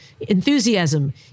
enthusiasm